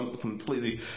completely